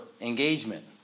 engagement